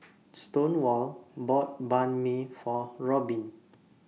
Stonewall bought Banh MI For Robbin